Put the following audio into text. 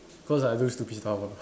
cause like I do stupid stuff ah